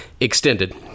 extended